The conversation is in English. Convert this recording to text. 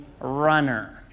runner